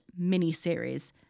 miniseries